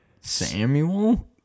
Samuel